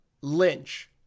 Lynch